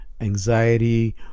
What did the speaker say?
anxiety